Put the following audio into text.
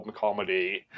comedy